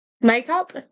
makeup